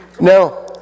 Now